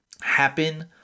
happen